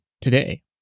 today